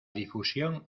difusión